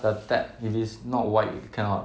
the tab if it's not white cannot